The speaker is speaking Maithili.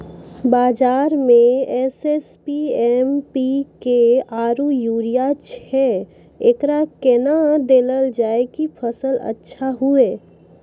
बाजार मे एस.एस.पी, एम.पी.के आरु यूरिया छैय, एकरा कैना देलल जाय कि फसल अच्छा हुये?